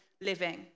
living